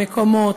המקומות,